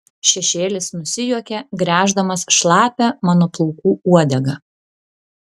šešėlis nusijuokė gręždamas šlapią mano plaukų uodegą